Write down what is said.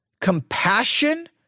compassion